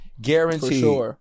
Guaranteed